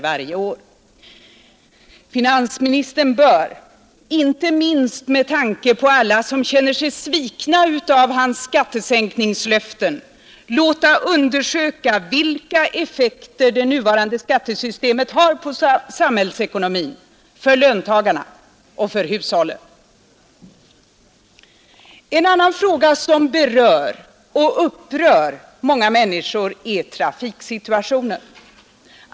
Men finansministern bör — inte minst med tanke på alla som känner sig svikna av hans skattesänkningslöften — låta undersöka vilka effekter det nuvarande skattesystemet har på samhällsekonomin, för löntagarna och för hushållen. En annan fråga som berör och upprör många människor är trafiksituationen.